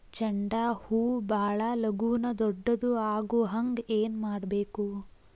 ಚಂಡ ಹೂ ಭಾಳ ಲಗೂನ ದೊಡ್ಡದು ಆಗುಹಂಗ್ ಏನ್ ಮಾಡ್ಬೇಕು?